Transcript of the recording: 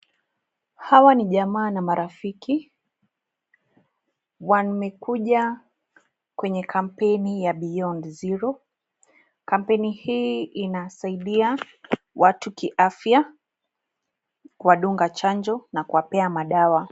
Hawa ni jamaa na marafiki wamekuja kwenye kampeni ya Beyond Zero. Kampeni hii inasaidia watu kiafya, kuwadunga chanjo na kuwapea madawa.